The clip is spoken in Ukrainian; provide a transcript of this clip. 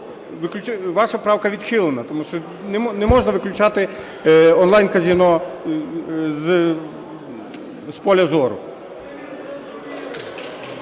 Ваша правка відхилена. Тому що не можна виключати онлайн-казино з поля зору.